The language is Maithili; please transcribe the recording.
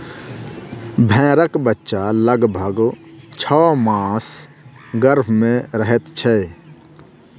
भेंड़क बच्चा लगभग छौ मास गर्भ मे रहैत छै